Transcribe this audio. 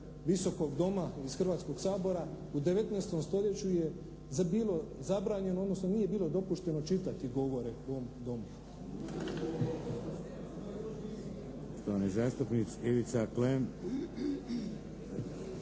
Visokog doma, iz Hrvatskog sabora, u 19. stoljeću je bilo zabranjeno, odnosno nije bilo dopušteno čitati govore u ovom Domu.